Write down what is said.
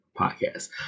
podcast